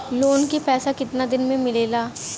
Loan के पैसा कितना दिन मे मिलेला?